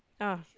ah